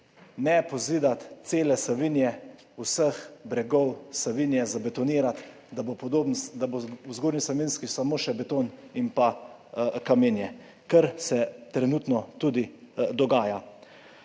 ne pozidati cele Savinje, vseh bregov Savinje zabetonirati, da bo v Zgornji Savinjski samo še beton in kamenje, kar se trenutno tudi dogaja.